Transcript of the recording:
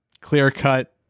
clear-cut